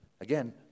again